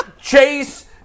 Chase